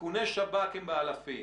איכוני השב"כ הם באלפים.